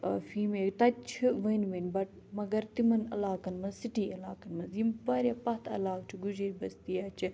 ٲں فیٖمیل تَتہِ چھِ ؤنۍ ؤنۍ بَٹ مَگَر تِمَن علاقَن منٛز سِٹی علاقَن منٛز یِم واریاہ پَتھ علاقہٕ چھِ گُجر بستی یا چھِ